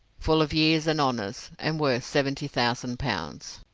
full of years and honours, and worth seventy thousand pounds.